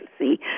see